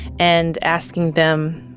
and asking them,